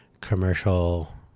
commercial